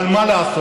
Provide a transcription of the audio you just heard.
אבל מה לעשות.